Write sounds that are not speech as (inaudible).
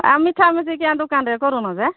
ଆଉ ମିଠା (unintelligible) କାହିଁ ଦୋକାନରେ କରୁନ ଯେ